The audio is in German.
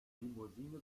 limousine